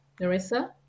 Narissa